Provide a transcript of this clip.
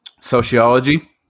Sociology